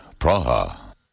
Praha